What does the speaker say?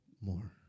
more